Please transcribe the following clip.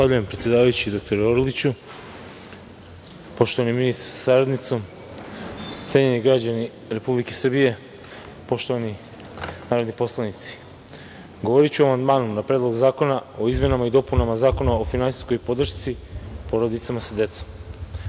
Zahvaljujem, predsedavajući, dr Orliću. Poštovani ministre sa saradnicom, cenjeni građani Republike Srbije, poštovani narodni poslanici, govoriću o amandmanu na Predlog zakona o izmenama i dopunama Zakona o finansijskoj podršci porodicama sa